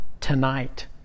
tonight